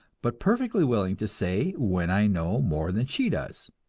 but perfectly willing to say when i know more than she does.